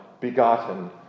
begotten